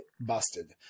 busted